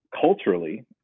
culturally